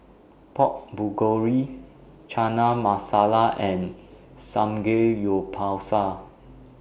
Pork Bulgori Chana Masala and Samgeyopsal